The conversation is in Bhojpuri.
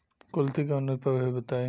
कुलथी के उन्नत प्रभेद बताई?